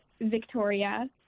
Victoria